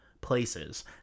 places